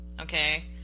Okay